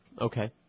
Okay